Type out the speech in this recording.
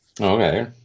Okay